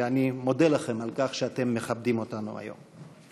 ואני מודה לכם על כך שאתם מכבדים אותנו היום.